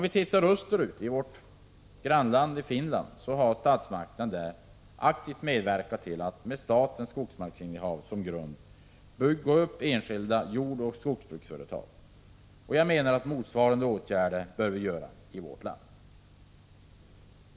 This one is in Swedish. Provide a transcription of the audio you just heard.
I vårt östra grannland Finland har statsmakterna aktivt medverkat till att med statens skogsmarksinnehav som grund bygga upp enskilda jordoch skogsbruksföretag. Jag menar att vi bör göra motsvarande åtgärder i vårt land.